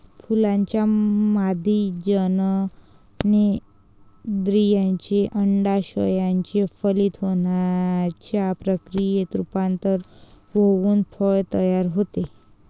फुलाच्या मादी जननेंद्रियाचे, अंडाशयाचे फलित होण्याच्या प्रक्रियेत रूपांतर होऊन फळ तयार होते